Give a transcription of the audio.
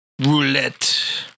roulette